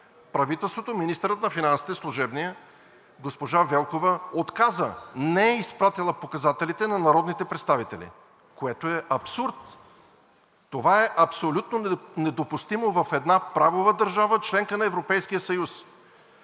Правителството, служебният министър на финансите госпожа Велкова отказа – не е изпратила показателите на народните представители, което е абсурд. Това е абсолютно недопустимо в една правова държава – членка на Европейския съюз!